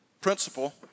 principal